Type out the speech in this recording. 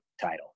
title